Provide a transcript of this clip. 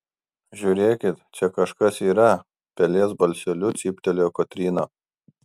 žiūrėkit čia kažkas yra pelės balseliu cyptelėjo kotryna